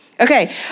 Okay